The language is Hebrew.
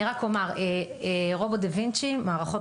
אני רק אומר: רובוט דה וינצ'י מערכות